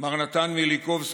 מר נתן מיליקובסקי.